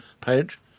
page